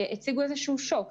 שהציג איזושהי שוק,